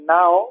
now